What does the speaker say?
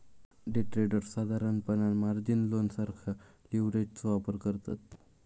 day traders साधारणपणान margin loan सारखा लीव्हरेजचो वापर करतत